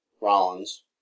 Rollins